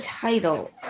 title